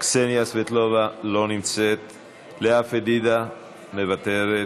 קסניה סבטלובה, לא נמצאת, לאה פדידה, מוותרת.